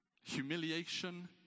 humiliation